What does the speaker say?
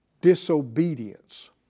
Disobedience